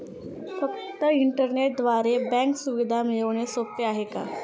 फक्त इंटरनेटद्वारे बँक सुविधा मिळणे सोपे आहे का?